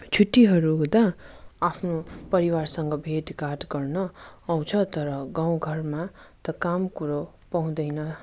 छुट्टीहरू हुँदा आफ्नो परिवारसँग भेटघाट गर्न आउँछ तर गाउँ घरमा त काम कुरो पाउँदैन